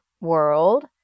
world